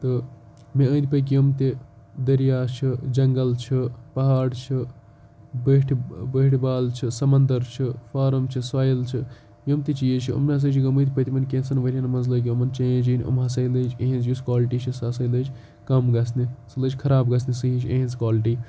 تہٕ مےٚ أنٛد پٔکۍ یِم تہِ دٔریا چھ جَنگَل چھُ پَہاڑ چھُ بٔٹھ بٔٹھ بال چھُ سَمَندَر چھُ فارَم چھِ سۄیِل چھِ یِم تہِ چیٖز چھِ یِم ہَسا چھِ گٔمِتۍ پٔتمٮ۪ن کینٛہژَن ؤریَن مَنٛز لٔگۍ یِمَن چینٛج یِن یِ یِم ہَسا لٔج اِہِنٛز یۄس کالٹی چھِ سۄ ہَسا لٔج کَم گَژھِنہِ سۄ لٔج خَراب گَژھنہٕ سۄ اِہِنٛز کالٹی